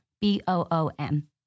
B-O-O-M